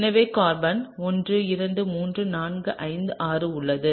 எனவே கார்பன் 1 2 3 4 5 6 உள்ளது